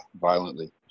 violently